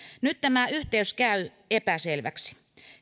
nyt tämä yhteys käy epäselväksi